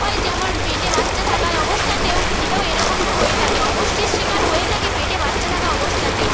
হয় যেমন পেটে বাচ্চা থাকার অবস্থাতেও ও এরকমটা হয়ে থাকে অপুষ্টির শিকার হয়ে থাকে পেটে বাচ্চা থাকা অবস্থাতেও